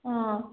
ꯎꯝ